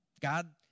God